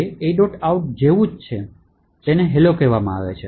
out જેવું જ છે જેને hello કહેવામાં આવે છે